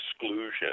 exclusion